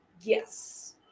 Yes